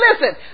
listen